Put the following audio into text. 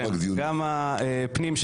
וגם ועדת הפנים,